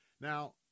Now